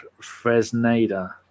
Fresneda